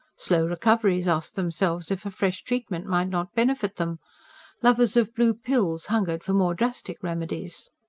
slow recoveries asked themselves if a fresh treatment might not benefit them lovers of blue pills hungered for more drastic remedies.